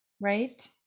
Right